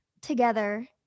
together